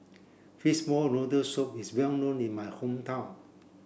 fishball noodle soup is well known in my hometown